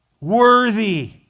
worthy